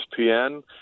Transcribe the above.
ESPN